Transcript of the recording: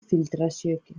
filtrazioekin